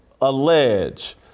allege